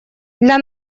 для